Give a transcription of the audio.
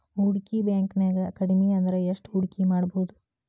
ಹೂಡ್ಕಿ ಬ್ಯಾಂಕ್ನ್ಯಾಗ್ ಕಡ್ಮಿಅಂದ್ರ ಎಷ್ಟ್ ಹೂಡ್ಕಿಮಾಡ್ಬೊದು?